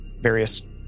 various